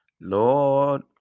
lord